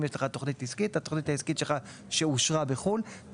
אם יש לך תכנית עסקית שאושרה בחו"ל היא